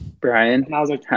Brian